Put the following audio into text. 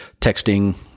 texting